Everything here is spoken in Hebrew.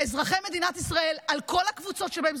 אזרחי מדינת ישראל על כל הקבוצות שבהם.